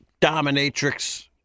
dominatrix